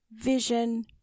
vision